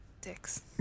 Dicks